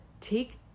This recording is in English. take